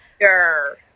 Sure